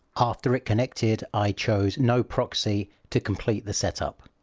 after it connected, i chose no proxy to complete the setup.